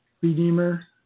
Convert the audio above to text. Redeemer